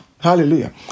Hallelujah